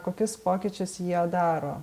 kokius pokyčius jie daro